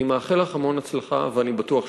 אני מאחל לך המון הצלחה ואני בטוח שתצליחי.